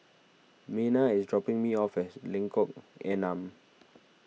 Mena is dropping me off as Lengkok Enam